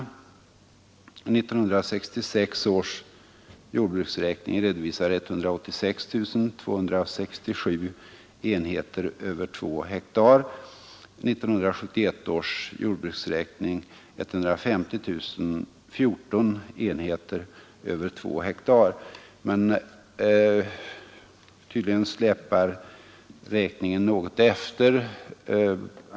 1966 års jordbruksräkning redovisar 186 267 enheter över 2 hektar, 1971 års jordbruksräkning 150 014 enheter över 2 hektar. Tydligen släpar räkningen något efter.